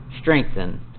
strengthen